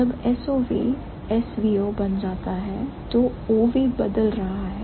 जवाब SOV SVO बन जाता है तो OV बदल रहा है